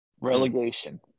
relegation